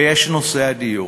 ויש נושא הדיור,